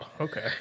Okay